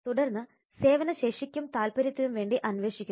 തുടർന്ന് സേവന ശേഷിക്കും താൽപര്യത്തിനും വേണ്ടി അന്വേഷിക്കുക